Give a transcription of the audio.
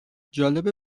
جالبه